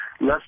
less